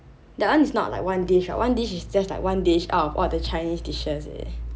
that one is not like one dish what one dish is just like one dish out of all the chinese dishes eh